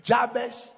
Jabez